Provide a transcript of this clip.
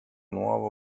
nuovo